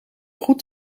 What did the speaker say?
goed